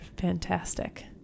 fantastic